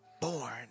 born